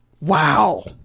Wow